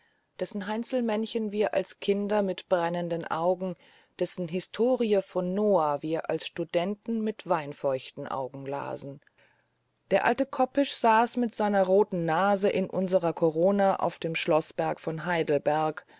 dessen heinzelmännchen wir als kinder mit brennenden augen dessen historie von noah wir als studenten mit weinfeuchten augen lasen der alte kopisch saß mit seiner roten nase in unserer korona auf dem schloßberg von heidelberg